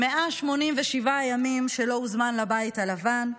187 ימים שלא הוזמן לבית הלבן,